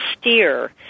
steer